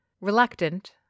Reluctant